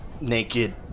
naked